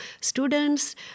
students